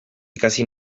ikasi